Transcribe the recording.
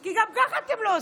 כי גם ככה אתם לא עושים.